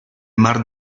mar